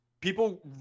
People